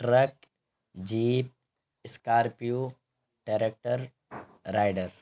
truck jeep scorpio tractor rider